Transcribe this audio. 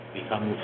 become